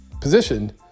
positioned